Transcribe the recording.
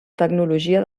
tecnologia